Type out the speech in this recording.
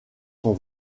son